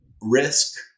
Risk